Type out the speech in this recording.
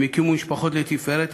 הקימו משפחות לתפארת,